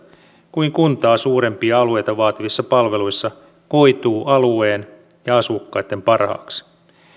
kuin kuntaa suurempia alueita vaativissa palveluissa koituu alueen ja asukkaitten parhaaksi